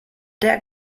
der